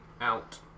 out